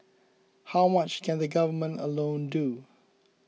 how much can the Government alone do